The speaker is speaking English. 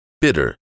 Bitter